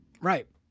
Right